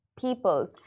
peoples